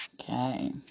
okay